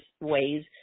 ways